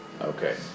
Okay